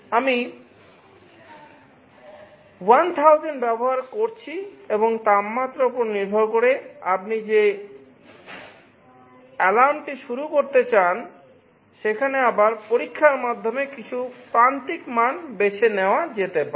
আমি 1000 ব্যবহার করছি এবং তাপমাত্রার উপর নির্ভর করে আপনি যে অ্যালার্মটি শুরু করতে চান সেখানে আবার পরীক্ষার মাধ্যমে কিছু প্রান্তিক মান বেছে নেওয়া যেতে পারে